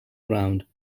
ground